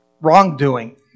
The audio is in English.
wrongdoing